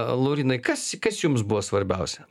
laurynai kas kas jums buvo svarbiausia